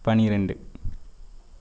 பன்னிரெண்டு